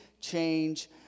change